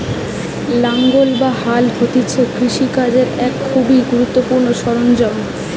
লাঙ্গল বা হাল হতিছে কৃষি কাজের এক খুবই গুরুত্বপূর্ণ সরঞ্জাম